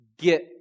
get